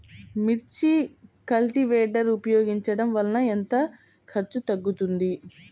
మిర్చి కల్టీవేటర్ ఉపయోగించటం వలన ఎంత ఖర్చు తగ్గుతుంది?